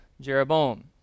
Jeroboam